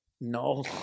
No